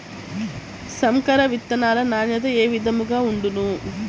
సంకర విత్తనాల నాణ్యత ఏ విధముగా ఉండును?